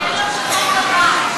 כן לא, שחור לבן.